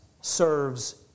serves